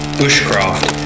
bushcraft